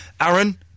Aaron